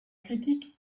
critique